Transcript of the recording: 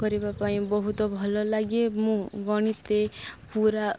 କରିବା ପାଇଁ ବହୁତ ଭଲ ଲାଗେ ମୁଁ ଗଣିତେ ପୁରା